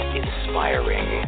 inspiring